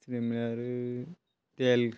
तिसरें म्हणल्यार तेल